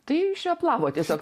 tai šveplavo tiesiog